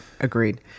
Agreed